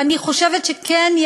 ואני חושבת שכן,